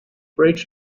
bridge